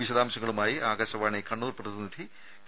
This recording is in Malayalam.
വിശദാംശങ്ങളുമായി ആകാശവാണി കണ്ണൂർ പ്രതിനിധി കെ